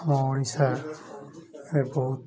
ଆମ ଓଡ଼ିଶାରେ ବହୁତ